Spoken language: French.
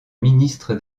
ministre